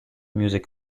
music